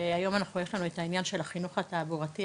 והיום יש לנו את העניין של החינוך התעבורתי,